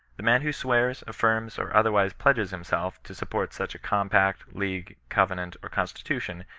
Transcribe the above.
the man who swears, affirms, or otherwise pledges himself to support such a compact, league, covenant, or constitution,